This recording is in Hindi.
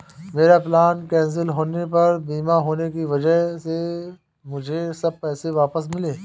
मेरा प्लेन कैंसिल होने पर बीमा होने की वजह से मुझे सब पैसे वापस मिले